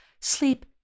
Sleep